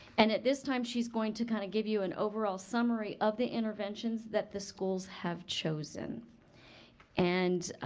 and at this time she's going to kind of give you an overall summary of the interventions that the schools have chosen and,